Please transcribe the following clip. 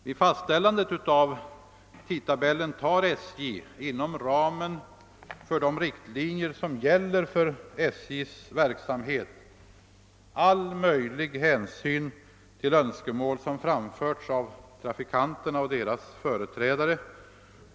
Vid fastställandet av tidtabellen tar SJ inom ramen för de riktlinjer som gäller för SJ:s verksamhet all möjlig hänsyn till önskemål som framförts av trafikanterna och deras företrädare.